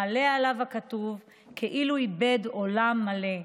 מעלה עליו הכתוב כאילו איבד עולם מלא,